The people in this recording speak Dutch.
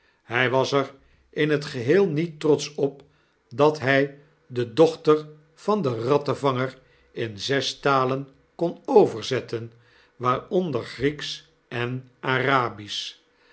hy was er in het geheel niet trotsch op dat hy de docbter van den rattenvanger in zes talen kon overzetten waaronder grieksch en arabisch